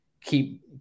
Keep